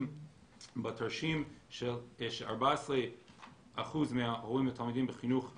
בתרשים ש-14% מההורים לתלמידים בחינוך היהודי,